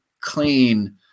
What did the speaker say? clean